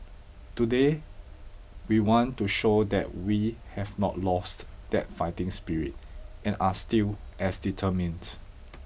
today we want to show that we have not lost that fighting spirit and are still as determined